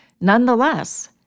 Nonetheless